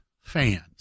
fans